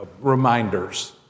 reminders